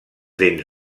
dents